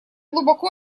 глубоко